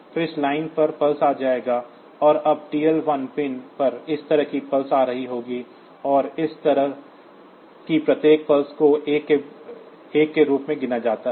तो इस लाइन पर पल्स आ जाएगा और अब TL1 पिन पर इस तरह की पल्स आ रही होगी और इस तरह की प्रत्येक पल्स को 1 के रूप में गिना जाता है